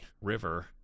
river